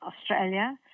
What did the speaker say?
Australia